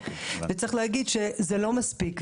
צריך להגיד שזה לא מספיק,